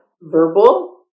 verbal